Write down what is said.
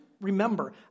remember